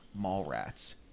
Mallrats